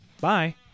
Bye